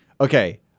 Okay